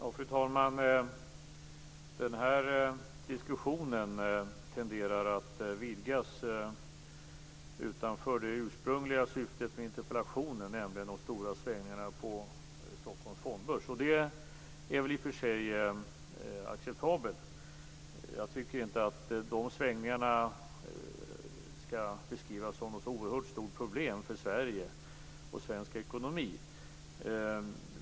Fru talman! Den här diskussionen tenderar att vidgas utanför det ursprungliga syftet med interpellationen, nämligen de stora svängningarna på Stockholms fondbörs. Det är i och för sig acceptabelt. Jag tycker inte att de svängningarna skall beskrivas som något oerhört stort problem för Sverige och svensk ekonomi.